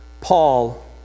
Paul